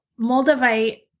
Moldavite